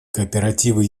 кооперативы